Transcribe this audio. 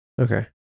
Okay